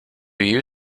you